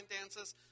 dances